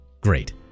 Great